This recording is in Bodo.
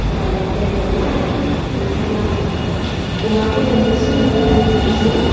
मानि बेदरना बेनिखायनो आं अमा बेदरनि सोमोन्दै बुंग्रोनोसै